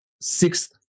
Sixth